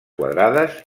quadrades